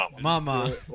Mama